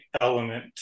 element